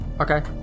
Okay